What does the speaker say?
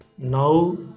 now